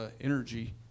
energy